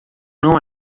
não